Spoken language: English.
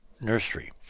nursery